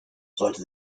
sollte